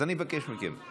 אז אני מבקש מכם.